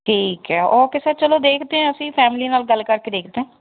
ਠੀਕ ਹੈ okay sir ਚਲੋ ਦੇਖਦੇ ਹਾਂ ਅਸੀਂ ਫੈਮਲੀ ਨਾਲ ਗੱਲ ਕਰਕੇ ਦੇਖਦੇ ਹੈ